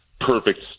perfect